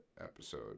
episode